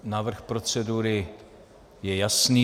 Návrh procedury je jasný.